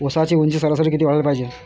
ऊसाची ऊंची सरासरी किती वाढाले पायजे?